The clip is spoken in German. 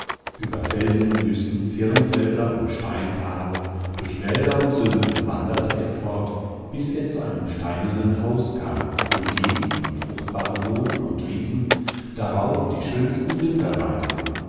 über felsenwüsten firnfelder und steinkare durch wälder und sümpfe wanderte er fort bis er zu einem steinernen haus kam umgeben von fruchtbarem boden und wiesen darauf die schönsten rinder weideten